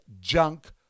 junk